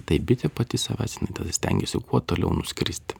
tai bitė pati savęs jinai tada stengiasi kuo toliau nuskristi